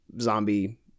zombie